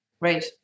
right